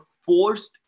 forced